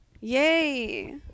Yay